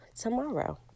tomorrow